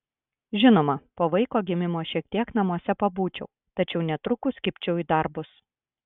žinoma po vaiko gimimo šiek tiek namuose pabūčiau tačiau netrukus kibčiau į darbus